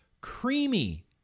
creamy